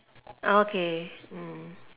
okay